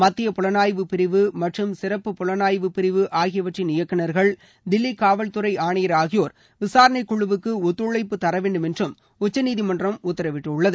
மத்திய புலனாய்வு பிரிவு மற்றும் சிறப்பு புலாய்வு பிரிவு ஆகியவற்றின் இயக்குநர்கள் தில்லி காவல்துறை ஆணையா் ஆகியோர் விசாரணைக் குழுவுக்கு ஒத்துழைப்பு தரவேண்டுமென்றும் உச்சநீதிமன்றம் உத்தரவிட்டுள்ளது